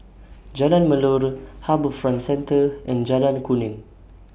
Jalan Melor HarbourFront Centre and Jalan Kuning